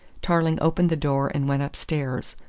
tarling opened the door and went upstairs,